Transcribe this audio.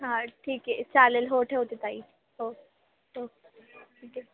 हां ठीक आहे चालेल हो ठेवते ताई हो हो ठीक आहे